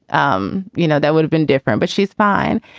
um you know, that would have been different. but she's fine.